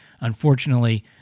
Unfortunately